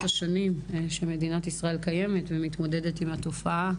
השנים שמדינת ישראל קיימת ומתמודדת עם התופעה,